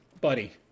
buddy